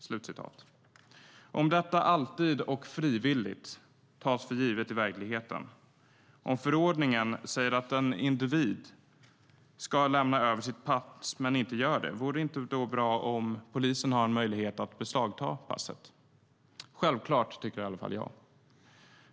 Som om det kunde tas för givet att det alltid sker frivilligt i verkligheten! Om förordningen säger att en individ ska överlämna sitt pass, men denne inte gör det, vore det då inte bra om polisen hade möjlighet att beslagta passet? Självklart, tycker i alla fall jag.